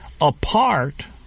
apart